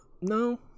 No